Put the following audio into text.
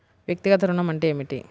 వ్యక్తిగత ఋణం అంటే ఏమిటి?